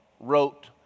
wrote